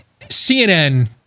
CNN